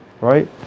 Right